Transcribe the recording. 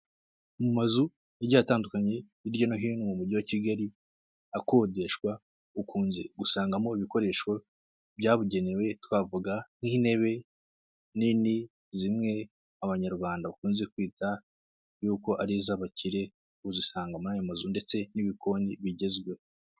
Mu mazu agiye atandukanye hirya no hino mu mujyi wa kigali akodeshwa, ukunze gusangamo ibikoresho byabugenewe. Twavuga nk'intebe nini, zimwe abanyarwanda bakunze kwita yuko ari iz'abakire, uzisanga muri ayo mazu ndetse n'ibikoni bigezweho.